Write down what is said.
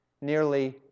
nearly